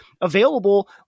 available